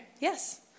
Yes